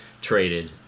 traded